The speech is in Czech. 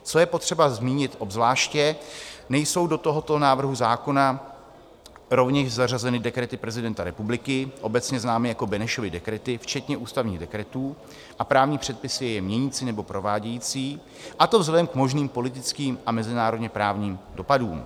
Co je potřeba zmínit obzvláště, nejsou do tohoto návrhu zákona rovněž zařazeny dekrety prezidenta republiky, obecně známé jako Benešovy dekrety, včetně ústavních dekretů a právní předpisy je měnící nebo provádějící, a to vzhledem k možným politickým a mezinárodněprávním dopadům.